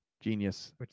Genius